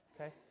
Okay